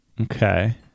okay